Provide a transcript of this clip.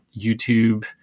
YouTube